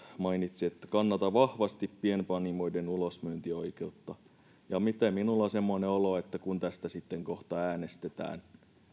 mainitsi että kannatan vahvasti pienpanimoiden ulosmyyntioikeutta miten minulla on semmoinen olo että kun tästä sitten kohta äänestetään